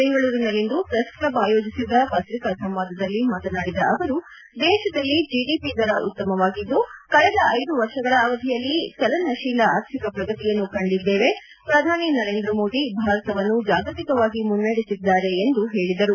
ಬೆಂಗಳೂರಿನಲ್ಲಿಂದು press club ಆಯೋಜಿಸಿದ್ದ ಪತ್ರಿಕಾ ಸಂವಾದದಲ್ಲಿ ಮಾತನಾಡಿದ ಅವರು ದೇಶದಲ್ಲಿ ಜಿಡಿಪಿ ದರ ಉತ್ತಮವಾಗಿದ್ದು ಕಳೆದ ಐದು ವರ್ಷಗಳ ಅವಧಿಯಲ್ಲಿ ಚಲನಶೀಲ ಆರ್ಥಿಕ ಪ್ರಗತಿಯನ್ನು ಕಂಡಿದ್ದೇವೆ ಪ್ರಧಾನಿ ನರೇಂದ್ರ ಮೋದಿ ಭಾರತವನ್ನು ಜಾಗತಿಕವಾಗಿ ಮುನ್ನಡೆಸಿದ್ದಾರೆ ಎಂದು ಹೇಳಿದರು